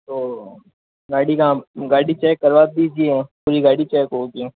तो गाड़ी कहाँ गाड़ी चेक करवा दीजिए पूरी गाड़ी चेक होगी